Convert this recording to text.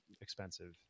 expensive